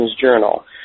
journal